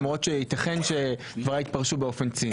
למרות שייתכן שדבריי יתפרשו באופן ציני,